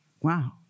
wow